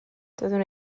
doeddwn